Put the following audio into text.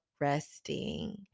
resting